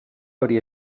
hori